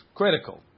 critical